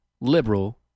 liberal